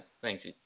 thanks